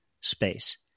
space